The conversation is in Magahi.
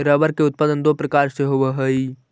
रबर के उत्पादन दो प्रकार से होवऽ हई